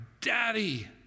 daddy